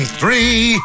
three